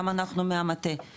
גם אנחנו מהמטה,